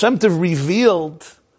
revealed